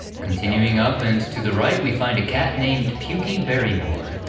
continuing up and to the right we find a cat named pukie barrymore,